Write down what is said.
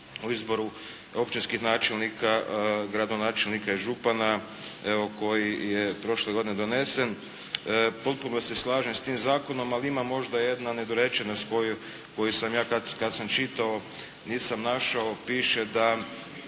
o izboru općinskih načelnika, gradonačelnika i župana evo koji je prošle godine donesen. Potpuno se slažem s tim zakonom, ali ima možda jedna nedorečenost koju sam ja kad sam čitao nisam našao, piše da